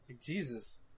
Jesus